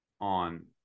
on